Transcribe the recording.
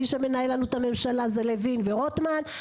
מי שמנהל לנו את הממשלה זה לוין ורוטמן,